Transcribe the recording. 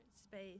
space